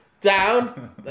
down